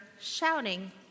shouting